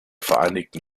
vereinigten